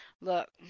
look